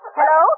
Hello